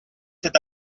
cet